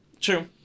true